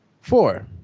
Four